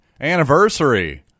anniversary